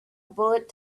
bullet